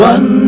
One